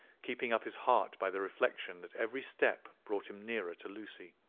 keeping up his heart by the reflection that every step brought him nearer to lucy,